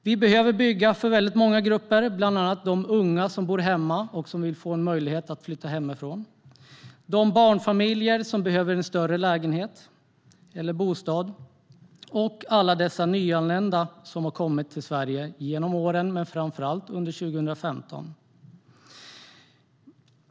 Vi behöver bygga för många grupper, bland annat de unga som bor hemma och vill få en möjlighet att flytta hemifrån, de barnfamiljer som behöver en större bostad och alla dessa nyanlända som har kommit till Sverige genom åren men framför allt under 2015.